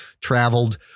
traveled